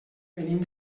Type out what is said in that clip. venim